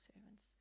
servants